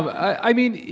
i mean,